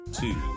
two